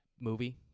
movie